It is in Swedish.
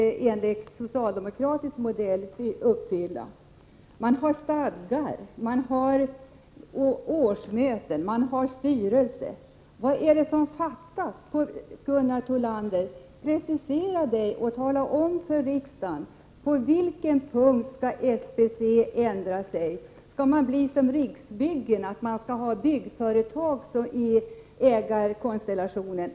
Socialdemokraternaanser inte att SBC uppfyller dessa krav. Inom SBC har man stadgar, håller årsmöten och har en styrelse. Vad är det som saknas, Gunnar Thollander? Han får precisera sig och tala om för riksdagen på vilka punkter SBC skall förändras. Skall SBC bli som Riksbyggen, vilket innebär att man har byggföretag som ingår i ägarkonstellationen?